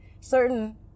certain